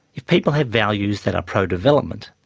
if people have values that are pro-development,